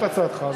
זאת הצעתך.